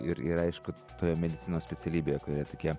ir ir aišku toje medicinos specialybėje kuri tokia